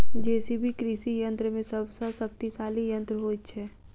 JCB कृषि यंत्र मे सभ सॅ शक्तिशाली यंत्र होइत छै